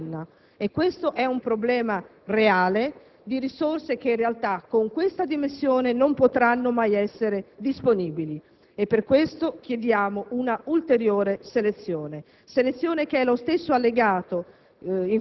ogni anno; questo è un problema reale di risorse che in realtà, con queste dimensioni, non potranno mai essere disponibili. Per questo chiediamo un'ulteriore selezione. Lo stesso allegato